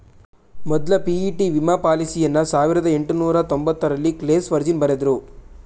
ಮೊದ್ಲ ಪಿ.ಇ.ಟಿ ವಿಮಾ ಪಾಲಿಸಿಯನ್ನ ಸಾವಿರದ ಎಂಟುನೂರ ತೊಂಬತ್ತರಲ್ಲಿ ಕ್ಲೇಸ್ ವರ್ಜಿನ್ ಬರೆದ್ರು